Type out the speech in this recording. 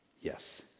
Yes